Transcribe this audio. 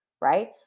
Right